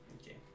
Okay